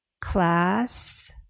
class